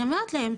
אני אומרת להן,